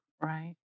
Right